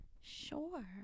Sure